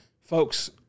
Folks